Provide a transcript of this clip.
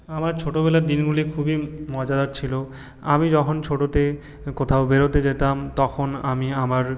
আমার ছোটোবেলার দিনগুলি খুবই মজাদার ছিল আমি যখন ছোটোতে যখন কোথাও বেরোতে যেতাম তখন আমি আমার